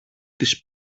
τις